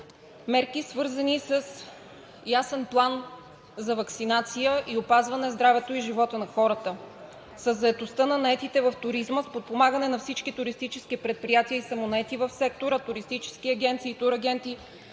мерки, свързани с ясен план за ваксинация и опазване здравето и живота на хората, със заетостта на наетите в туризма, с подпомагане на всички туристически предприятия и самонаети в сектора, туристически агенции и турагенти,